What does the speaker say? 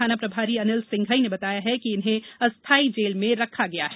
थाना प्रभारी अनिल सिंघई ने बताया है कि इन्हें अस्थाई जेल में रखा गया है